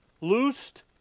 Loosed